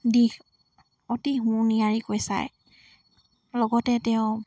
দিশ অতি সুনিয়াৰীকৈ কৈ চায় লগতে তেওঁ